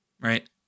right